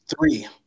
three